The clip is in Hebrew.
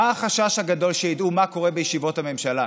מה החשש הגדול שידעו מה קורה בישיבות הממשלה?